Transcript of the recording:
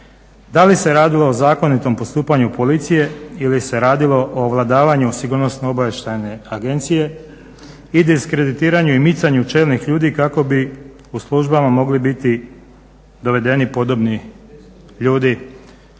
da li se radilo o zakonitom postupanju Policije ili se radilo o ovladavanju Sigurnosno-obavještajne agencije i diskreditiranju i micanju čelnih ljudi kako bi u službama mogli biti dovedeni podobni ljudi,